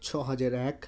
ছহাজার এক